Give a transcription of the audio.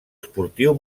esportiu